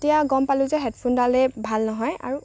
তেতিয়া গম পালো যে হেডফোনডালেই ভাল নহয় আৰু